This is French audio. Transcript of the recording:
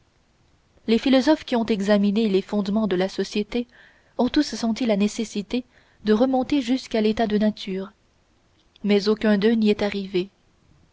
les philosophes qui ont examiné les fondements de la société ont tous senti la nécessité de remonter jusqu'à l'état de nature mais aucun d'eux n'y est arrivé